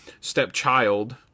stepchild